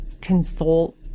consult